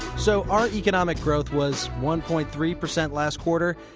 so our economic growth was one point three percent last quarter.